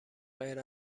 غیر